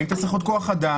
האם אתה צריך עוד כוח אדם?